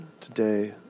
today